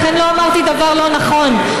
לכן לא אמרתי דבר לא נכון,